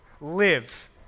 live